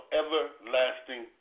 everlasting